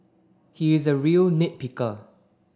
he is a real nit picker